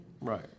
right